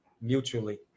mutually